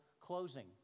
closing